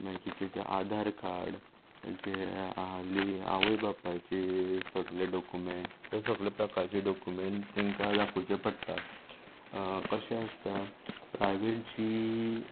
मागीर तेचे आदार कार्ड तांचे ली आवय बापायची सगळे डॉक्यूमेंट सगळे प्रकारचे डॉक्यूमेंट तेंकां दाखोवचे पडटा कशें आसता प्रायवेट जी